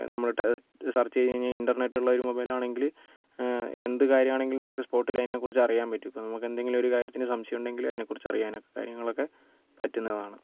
നമ്മൾ ട്ടാ സെർച്ച് ചെയ്ത് കഴിഞ്ഞ് ഇൻ്റർനെറ്റ് ഉള്ള ഒരു മൊബൈൽ ആണെങ്കിൽ എന്ത് കാര്യമാണെങ്കിലും നമുക്ക് സ്പോട്ടിൽ അതിനെക്കുറിച്ച് അറിയാൻ പറ്റും ഇപ്പോൾ നമുക്ക് എന്തെങ്കിലും ഒരു കാര്യത്തിന് സംശയമുണ്ടെങ്കിൽ അതിനെക്കുറിച്ച് അറിയാനൊക്കെ കാര്യങ്ങളൊക്കെ പറ്റുന്നതാണ്